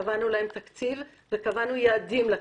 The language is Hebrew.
וקבענו להם תקציב וקבענו יעדים לתקציב,